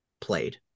played